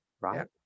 right